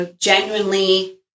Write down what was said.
genuinely